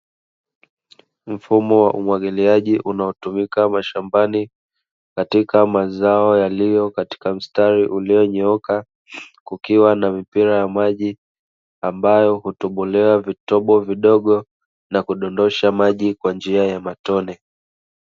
Mfumo wa umwagiliaji unaotumika mashambani, katika mazao yaliyo katika mstari ulinyooka, kukiwa na mipira ya maji ambayo hutobolewa vitobo vidogo na kudondosha maji kwa njia ya matone.